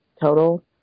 total